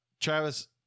Travis